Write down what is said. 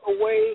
away